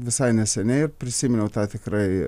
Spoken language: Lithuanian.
visai neseniai ir prisiminiau tą tikrai